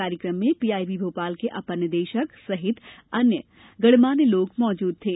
कार्यक्रम में पीआईबी भोपाल के अपर निदेशक सहित अन्य गणमान्य लोग मौजूद थे